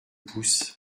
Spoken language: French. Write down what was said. pouce